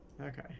okay